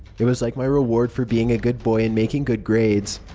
it was like my reward for being a good boy and making good grades.